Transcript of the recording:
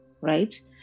right